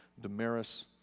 Damaris